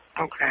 Okay